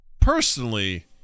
Personally